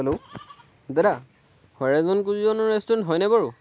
hello দাদা Horizon কুইজিনৰ restaurant হয়নে বাৰু